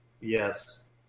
Yes